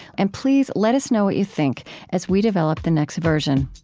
and please let us know what you think as we develop the next version